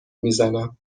میزنم